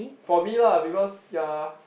for me lah because ya